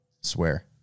Swear